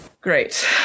great